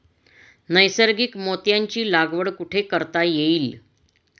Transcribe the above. नैसर्गिक मोत्यांची लागवड कुठे करता येईल?